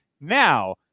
now